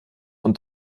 und